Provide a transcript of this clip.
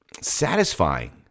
satisfying